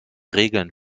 regeln